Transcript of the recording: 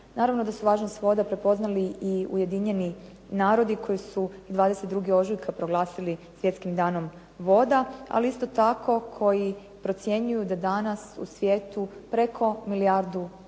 Naravno da su važnost vode prepoznali i Ujedinjeni narodi koji su 22. ožujka proglasili Svjetskim danom voda, ali isto tako koji procjenjuju da danas u svijetu preko milijardu ljudi